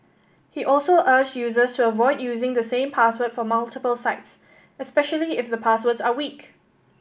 he also urged users to avoid using the same password for multiple sites especially if the passwords are weak